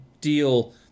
deal